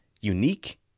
unique